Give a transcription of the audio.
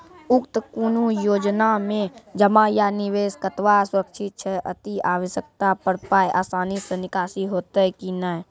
उक्त कुनू योजना मे जमा या निवेश कतवा सुरक्षित छै? अति आवश्यकता पर पाय आसानी सॅ निकासी हेतै की नै?